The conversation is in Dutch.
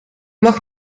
mag